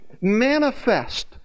manifest